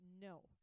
no